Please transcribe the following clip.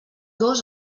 dos